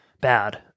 bad